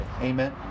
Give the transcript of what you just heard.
Amen